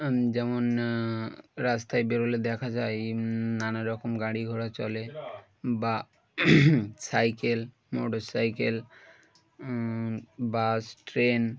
যেমন রাস্তায় বেরোলে দেখা যায় নানা রকম গাড়ি ঘোড়া চলে বা cycle motor cycle bus train